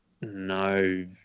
no